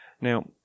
Now